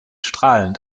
strahlend